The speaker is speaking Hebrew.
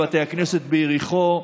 בתי כנסת ביריחו,